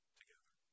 together